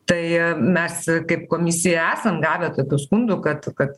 tai mes kaip komisija esam gavę tokių skundų kad kad